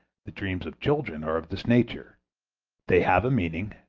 the dreams of children are of this nature they have a meaning,